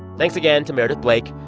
thanks again to meredith blake.